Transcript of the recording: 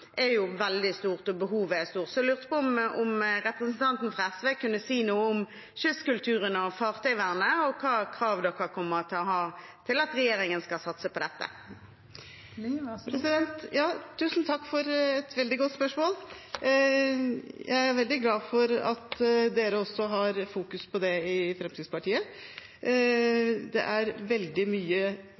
veldig stort, og behovet er stort. Jeg lurte på om representanten fra SV kunne si noe om kystkulturen og fartøyvernet og hvilke krav de kommer til å ha til at regjeringen skal satse på dette. Tusen takk for et veldig godt spørsmål. Jeg er veldig glad for at også Fremskrittspartiet har fokus på det. Det er veldig mye